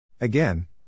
Again